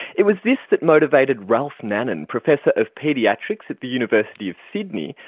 it was this that motivated ralph nanan, professor of paediatrics at the university of sydney,